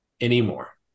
anymore